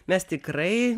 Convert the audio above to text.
mes tikrai